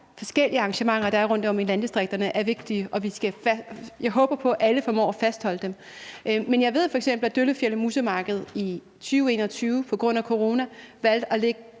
forskellige arrangementer, der er rundtom i landdistrikterne, er vigtige, og jeg håber på, alle formår at fastholde dem. Men jeg ved f.eks., at man i 2021 på grund af corona i stedet valgte at lægge